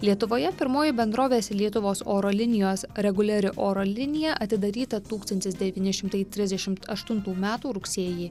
lietuvoje pirmoji bendrovės lietuvos oro linijos reguliari oro linija atidaryta tūkstantis devyni šimtai trisdešimt aštuntų metų rugsėjį